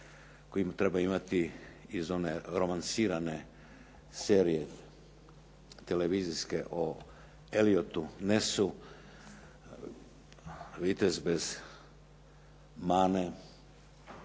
koji bi trebao imati iz one romansirane serije televizijske o Eliottu Nessu, vitez bez mane,